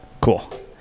Cool